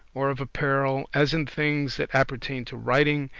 or of apparel, as in things that appertain to riding,